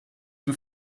dem